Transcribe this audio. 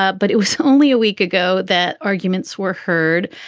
ah but it was only a week ago that arguments were heard.